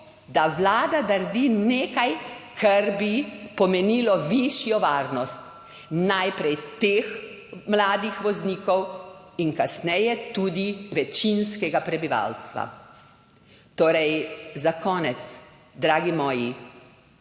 da Vlada naredi nekaj, kar bi pomenilo višjo varnost, najprej teh mladih voznikov in kasneje tudi večinskega prebivalstva? Za konec. Dragi moji,